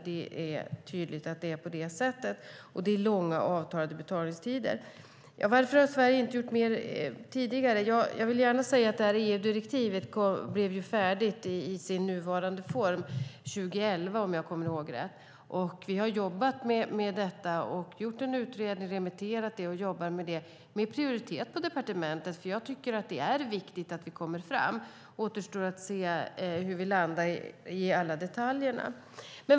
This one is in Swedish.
Det är alltså tydligt att här har vi ett bekymmer. Varför har Sverige inte gjort mer tidigare? Jag vill gärna säga att det här EU-direktivet blev färdigt i sin nuvarande form 2011, om jag kommer ihåg rätt. Vi har jobbat med detta och gjort en utredning, remitterat den, och nu jobbar vi med prioritet med detta på departementet, för jag tycker att det är viktigt att vi kommer fram. Det återstår att se hur vi landar i alla detaljer.